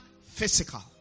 physical